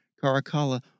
Caracalla